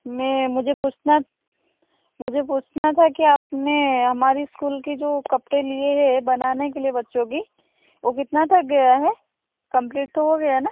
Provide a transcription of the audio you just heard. मैं मुझे पूछना मुझे पूछना था कि आपने हमारी स्कुल की जो कपड़े लिए है बनाने के लिए बच्चों की वो कितना तक गया है कम्प्लीट तो हो गया है ना